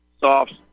soft